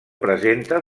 presenta